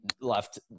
left